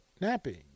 napping